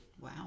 wow